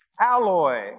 alloy